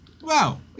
Wow